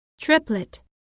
Triplet